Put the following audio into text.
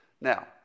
Now